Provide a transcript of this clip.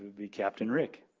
b bcaptain rick.